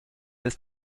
ist